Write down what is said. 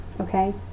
okay